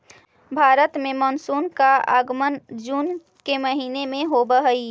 भारत में मानसून का आगमन जून के महीने में होव हई